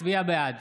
בעד